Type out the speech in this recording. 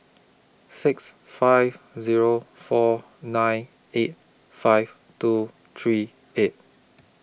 six five Zero four nine eight five two three eight